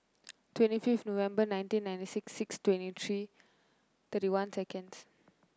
twenty fifth November nineteen ninety six six twenty three thirty one seconds